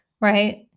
right